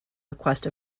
request